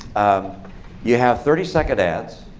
um you have thirty second ads.